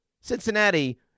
Cincinnati